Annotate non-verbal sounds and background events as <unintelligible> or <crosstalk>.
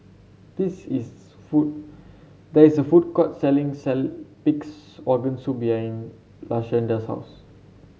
this is food there is a food court selling <unintelligible> Pig's Organ Soup behind Lashanda's house